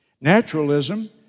Naturalism